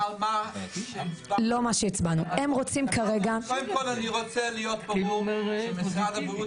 הם רוצים כרגע --- קודם כל שיהיה ברור שמשרד הבריאות